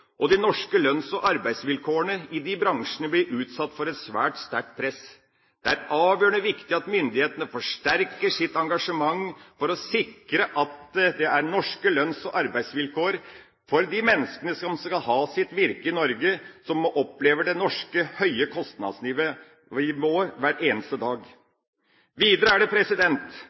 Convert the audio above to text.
og de norske lønns- og arbeidsvilkårene i de bransjene blir utsatt for et svært sterkt press. Det er avgjørende viktig at myndighetene forsterker sitt engasjement for å sikre at det er norske lønns- og arbeidsvilkår for de menneskene som skal ha sitt virke i Norge, og som opplever det norske, høye kostnadsnivået hver eneste dag. Videre er det